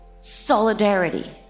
solidarity